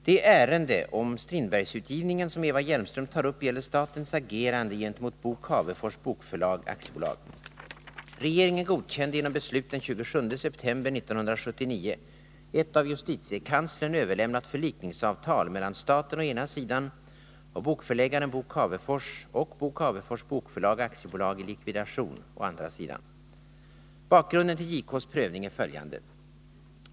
Det ärende angående Strindbergsutgivningen som Eva Hjelmström tar upp gäller statens agerande gentemot Bo Cavefors Bokförlag AB. Regeringen godkände genom beslut den 27 september 1979 ett av justitiekanslern överlämnat förlikningsavtal mellan staten å ena sidan och bokförläggaren Bo Cavefors och Bo Cavefors Bokförlag AB i likvidation å andra sidan. Bakgrunden till JK:s prövning är följande.